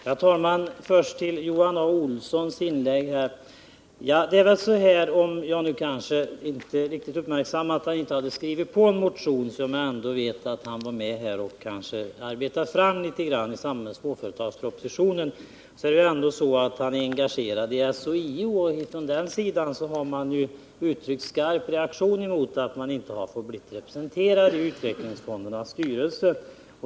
Herr talman! Jag vill först återkomma till Johan Olssons inlägg. Även om Johan Olsson inte skrivit på motionen om styrelserepresentation —-jag hade tydligen inte uppmärksammat att det var på det sättet, men jag vet ju att han var med och arbetade fram den i samband med behandlingen av småföretagspropositionen — är det ju ändå så att han är engagerad i SHIO, och där har man ju skarpt reagerat mot att man inte blivit representerad i utvecklingsfondernas styrelser.